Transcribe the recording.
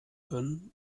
können